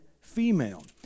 female